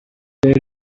there